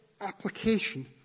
application